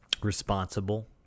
responsible